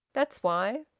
that's why.